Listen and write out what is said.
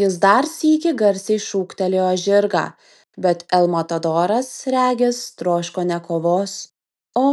jis dar sykį garsiai šūktelėjo žirgą bet el matadoras regis troško ne kovos o